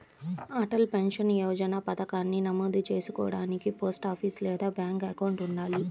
Atal pension Yojana పథకానికి నమోదు చేసుకోడానికి పోస్టాఫీస్ లేదా బ్యాంక్ అకౌంట్ ఉండాలి